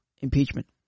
impeachment